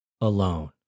alone